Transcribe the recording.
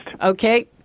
Okay